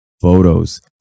photos